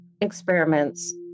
experiments